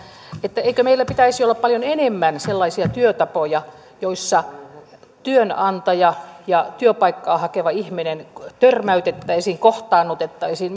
eikö meillä pitäisi olla paljon enemmän sellaisia työtapoja joissa työnantaja ja työpaikkaa hakeva ihminen törmäytettäisiin kohtaannutettaisiin